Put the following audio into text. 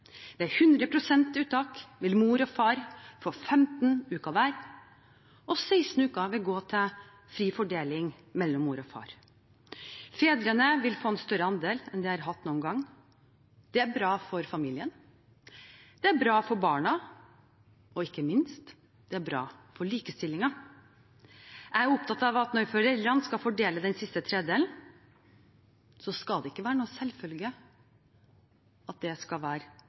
Ved 100 pst. uttak vil mor og far få 15 uker hver, og 16 uker vil gå til fri fordeling mellom mor og far. Fedrene vil få en større andel enn de har hatt noen gang. Det er bra for familien, det er bra for barna, og ikke minst er det bra for likestillingen. Jeg er opptatt av at når foreldrene skal fordele den siste tredelen, skal det ikke være noen selvfølge at det skal være